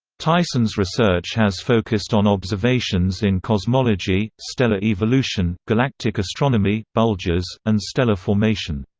tyson's research has focused on observations in cosmology, stellar evolution, galactic astronomy, bulges, and stellar formation.